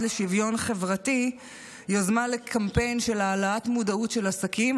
לשוויון חברתי קמפיין של העלאת מודעות של עסקים.